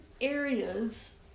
areas